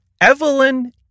Evelyn